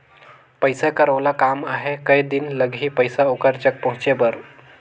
पइसा कर ओला काम आहे कये दिन लगही पइसा ओकर जग पहुंचे बर?